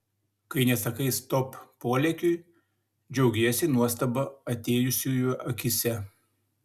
kai nesakai stop polėkiui džiaugiesi nuostaba atėjusiųjų akyse